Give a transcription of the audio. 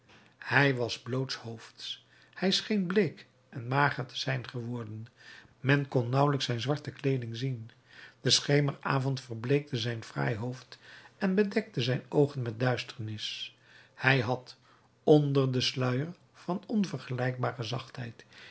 hij was blootshoofds hij scheen bleek en mager te zijn geworden men kon nauwelijks zijn zwarte kleeding zien de schemeravond verbleekte zijn fraai hoofd en bedekte zijn oogen met duisternis hij had onder den sluier van onvergelijkbare zachtheid